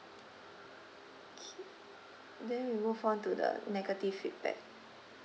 K then we move on to the negative feedback